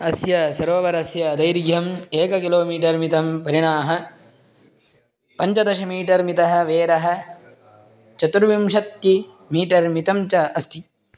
अस्य सरोवरस्य दैर्घ्यम् एककिलोमीटर्मितं परिणाः पञ्चदशमीटर्मितः वेरः चतुर्विंशत्तिमीटर्मितं च अस्ति